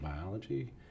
Biology